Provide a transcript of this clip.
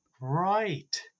Right